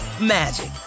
magic